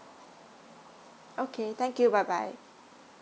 okay thank you bye bye